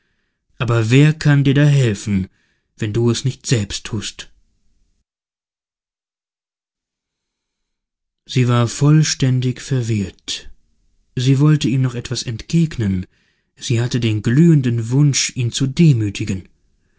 aber wer kann dir da helfen wenn du es nicht selbst tust sie war vollständig verwirrt sie wollte ihm noch etwas entgegnen sie hatte den glühenden wunsch ihn noch zu demütigen